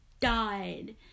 died